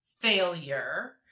failure